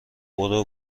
برو